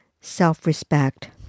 self-respect